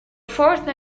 forth